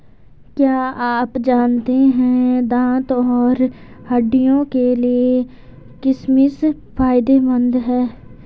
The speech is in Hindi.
क्या आप जानते है दांत और हड्डियों के लिए किशमिश फायदेमंद है?